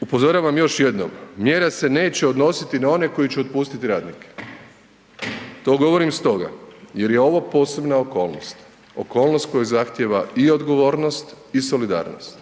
Upozoravam još jednom, mjera se neće odnositi na one koji će otpustiti radnike, to govorim stoga jer je ovo posebna okolnost, okolnost koja zahtijeva i odgovornost i solidarnost,